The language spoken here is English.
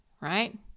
right